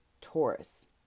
Taurus